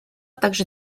также